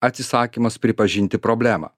atsisakymas pripažinti problemą